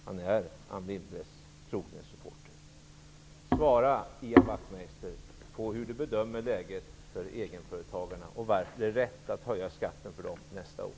Han är Anne Kan Ian Wachtmeister svara mig hur han bedömer läget för egenföretagarna och varför det är rätt att höja skatten för dem nästa år?